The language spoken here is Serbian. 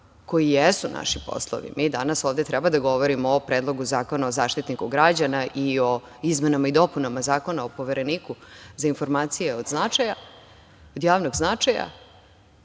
koji jesu naši poslovi, mi danas ovde treba da govorimo o Predlogu zakona o Zaštitniku građana i o izmenama i dopunama Zakona o Povereniku za informacije od javnog značaja